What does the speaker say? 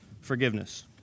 forgiveness